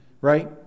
right